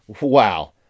Wow